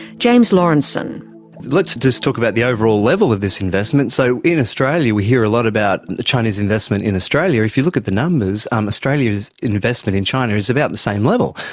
james laurenceson let's just talk about the overall level of this investment. so in australia we hear a lot about and the chinese investment in australia. if you look at the numbers, um australia's investment in china is about the same level.